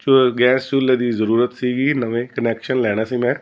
ਜੋ ਗੈਸ ਚੁੱਲ੍ਹੇ ਦੀ ਜ਼ਰੂਰਤ ਸੀਗੀ ਨਵੇਂ ਕਨੈਕਸ਼ਨ ਲੈਣਾ ਸੀ ਮੈਂ